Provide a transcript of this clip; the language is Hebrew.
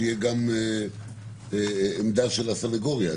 שתהיה גם עמדה של הסנגוריה.